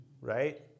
Right